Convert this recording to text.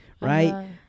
right